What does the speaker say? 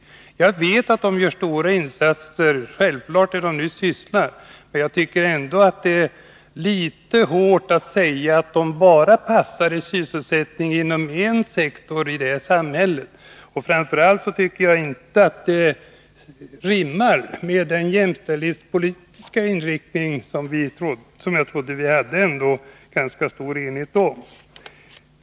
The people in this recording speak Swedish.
Jag vet att de, där de är verksamma, gör stora insatser. Jag tycker att det är litet hårt att säga att de bara passar för sysselsättning inom en sektor i det här samhället. Framför allt anser jag att detta inte rimmar med den jämställdhetspolitiska inriktning som jag trodde det rådde en ganska stor enighet om.